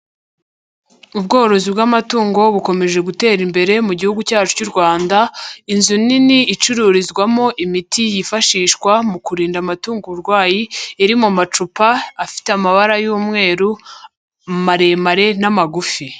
Ubworozi bw'amatungo bukomeje gutera imbere mu Gihugu cyacu cy'u Rwanda, inzu nini icururizwamo imiti yifashishwa mu kurinda amatungo uburwayi, iri mu macupa afite amabara y'umweru maremare n'amagufi.